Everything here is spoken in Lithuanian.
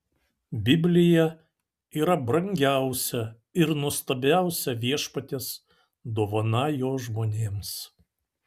biblija yra brangiausia ir nuostabiausia viešpaties dovana jo žmonėms